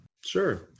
Sure